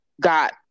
got